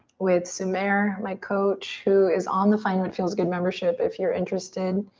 with sumair, my coach, who is on the find what feels good membership if you're interested.